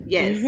Yes